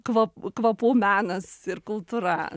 kvap kvapų menas ir kultūra